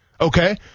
Okay